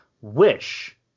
wish